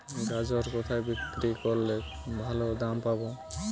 গাজর কোথায় বিক্রি করলে ভালো দাম পাব?